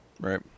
Right